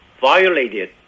violated